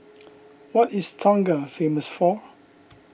what is Tonga famous for